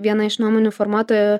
viena iš nuomonių formuotojų